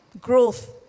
growth